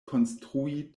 konstrui